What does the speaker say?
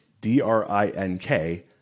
D-R-I-N-K